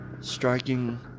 striking